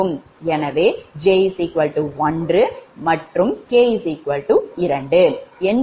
எனவே j 1 மற்றும் 𝑘 2 என்ற போது இது Z11